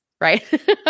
right